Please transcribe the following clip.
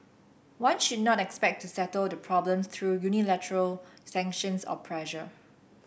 one should not expect to settle the problems through unilateral sanctions or pressure